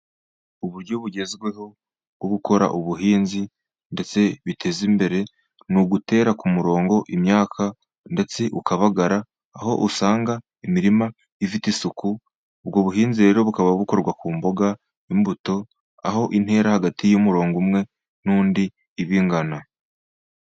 Uburyo bugezweho bwo gukora ubuhinzi, ndetse biteza imbere, ni ugutera ku murongo imyaka, ndetse ukabagara, aho usanga imirima ifite isuku, ubwo buhinzi rero bukaba bukorwa ku mboga, imbuto, aho intera hagati y'umurongo umwe n'undi iba ingana.